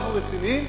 אנחנו רציניים?